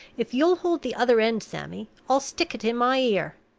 if you'll hold the other end, sammy, i'll stick it in my ear.